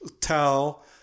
tell